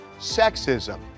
sexism